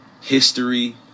history